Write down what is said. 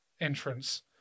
entrance